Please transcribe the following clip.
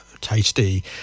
tasty